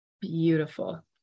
Beautiful